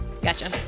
Gotcha